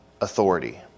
authority